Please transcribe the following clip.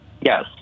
Yes